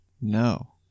No